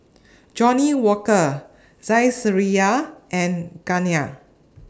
Johnnie Walker Saizeriya and Garnier